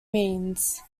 means